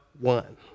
one